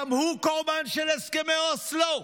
גם הוא קורבן של הסכמי אוסלו?